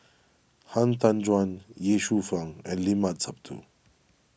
Han Tan Juan Ye Shufang and Limat Sabtu